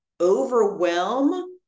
overwhelm